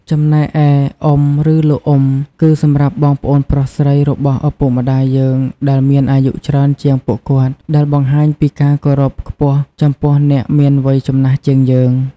ចំណែកឯ អ៊ំ ឬលោកអ៊ំ គឺសម្រាប់បងប្អូនប្រុសស្រីរបស់ឪពុកម្ដាយយើងដែលមានអាយុច្រើនជាងពួកគាត់ ដែលបង្ហាញពីការគោរពខ្ពស់ចំពោះអ្នកមានវ័យចំណាស់ជាងយើង។